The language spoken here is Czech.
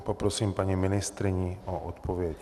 Poprosím paní ministryni o odpověď.